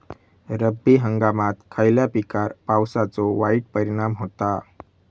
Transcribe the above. रब्बी हंगामात खयल्या पिकार पावसाचो वाईट परिणाम होता?